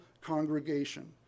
congregation